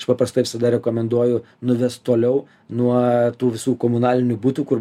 aš paprastai visada rekomenduoju nuvest toliau nuo tų visų komunalinių butų kur